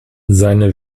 seine